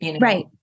Right